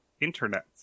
Internet